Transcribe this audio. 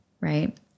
right